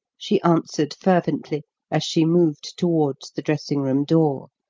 she answered fervently as she moved towards the dressing-room door.